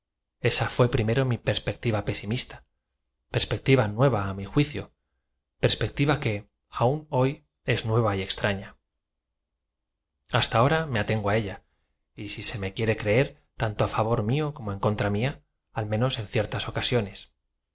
esa fué primero m i perspec ti v a pesimista perspectiva nueva á mi juicio pers p ectiva que aun hoy dia es nueva y extraña hasta ahora me atengo á ella y si se me quiere creer tan to favor mío como en contra mia al menos en d er tas ocasiones